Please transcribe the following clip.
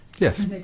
Yes